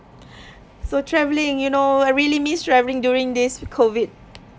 so travelling you know I really miss travelling during this COVID